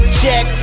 check